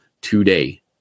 today